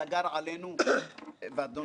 כדי שיהיו להם כאלה פעולות מתוחכמות.